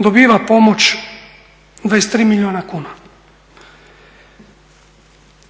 dobiva pomoć 23 milijuna kuna.